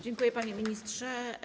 Dziękuję, panie ministrze.